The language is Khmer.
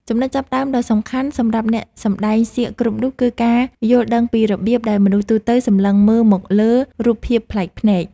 ចំណុចចាប់ផ្តើមដ៏សំខាន់សម្រាប់អ្នកសម្តែងសៀកគ្រប់រូបគឺការយល់ដឹងពីរបៀបដែលមនុស្សទូទៅសម្លឹងមើលមកលើរូបភាពប្លែកភ្នែក។